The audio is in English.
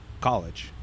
college